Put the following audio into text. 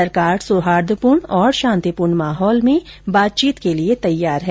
सरकार सौहार्दपूर्ण और शांतिपूर्ण माहौल में बातचीत के लिये तैयार है